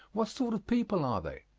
what sort of people are they?